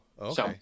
okay